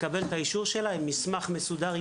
לקבל את האישור שלה אחרי שהגיש לשם כך מסמך מסודר,